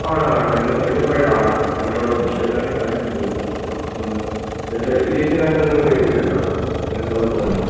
ആണ് ആണ് ഞങ്ങൾ സർട്ടിഫൈഡ് ആണ് ഞങ്ങൾ ഇവിടെ ഒഫീഷ്യൽ ആയിട്ടാണ് ഈ കാര്യം നീങ്ങുന്നു അപ്പോൾ സർട്ടിഫിക്കേഷൻ്റെ കാര്യത്തിലൊന്നും നിങ്ങൾ പേടിക്കേണ്ട അങ്ങനെത്തെ കുഴപ്പം ഒന്നും ഇല്ല